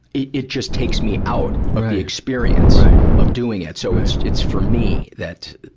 it, it just takes me out of the experience of doing it. so it's, it's for me that,